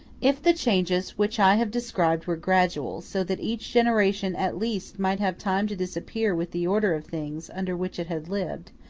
if the changes which i have described were gradual, so that each generation at least might have time to disappear with the order of things under which it had lived,